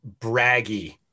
braggy